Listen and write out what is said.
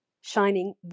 shining